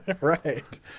right